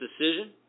decision